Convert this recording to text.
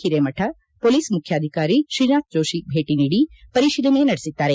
Hiremath police ಮುಖ್ಯಾಧಿಕಾರಿ ಶ್ರೀನಾಥ್ ಜೋಷಿ ಭೇಟಿ ನೀಡಿ ಪರಿಶೀಲನೆ ನಡೆಸಿದ್ದಾರೆ